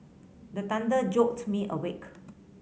the thunder jolt me awake